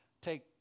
take